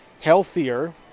healthier